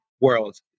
world